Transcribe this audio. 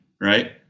right